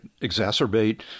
exacerbate